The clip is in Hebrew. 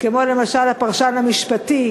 כמו למשל הפרשן המשפטי